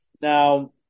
Now